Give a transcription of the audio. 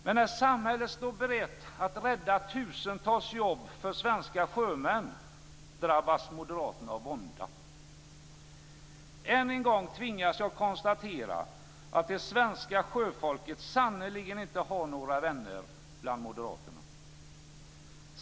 Men när samhället står berett att rädda tusentals jobb för svenska sjömän drabbas moderaterna av vånda. Än en gång tvingas jag konstatera att det svenska sjöfolket sannerligen inte har några vänner bland moderaterna.